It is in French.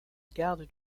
garde